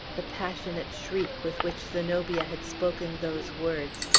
the passionate shriek, with which zenobia had spoken those words,